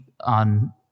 on